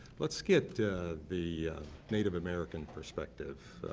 let's get the native american perspective,